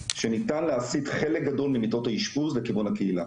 שניתן להסיט חלק גדול ממיטות האשפוז לכיוון הקהילה.